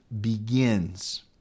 begins